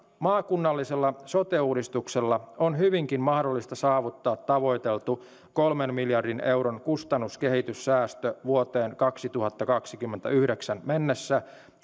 maakunnallisella sote uudistuksella on hyvinkin mahdollista saavuttaa tavoiteltu kolmen miljardin euron kustannuskehityssäästö vuoteen kaksituhattakaksikymmentäyhdeksän mennessä